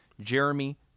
Jeremy